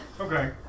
Okay